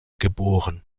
geboren